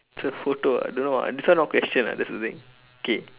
it's a photo ah don't know ah this one not question ah that's the thing K